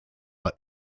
are